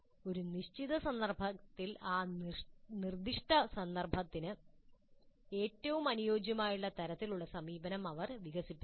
ഒരു നിശ്ചിത സന്ദർഭത്തിൽ ആ നിർദ്ദിഷ്ട സന്ദർഭത്തിന് ഏറ്റവും അനുയോജ്യമായ തരത്തിലുള്ള സമീപനങ്ങൾ അവർ വികസിപ്പിക്കണം